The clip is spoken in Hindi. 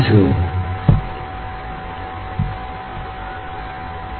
और फिर यह देखने के लिए कि परिणाम क्या हैं हम इससे संबंधित कुछ समस्याओं का समाधान करेंगे